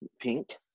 pink